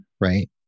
right